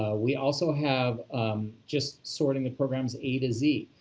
we also have just sorting the programs a to z.